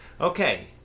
Okay